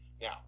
Now